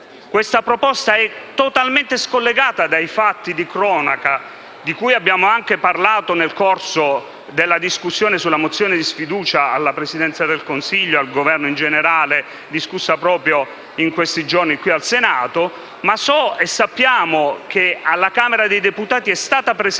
questa proposta è totalmente scollegata dai fatti di cronaca di cui abbiamo anche parlato nel corso della discussione sulla mozione di sfiducia al Governo, discussa proprio in questi giorni qui al Senato, ma so e sappiamo che alla Camera dei deputati è stata presentata